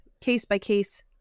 case-by-case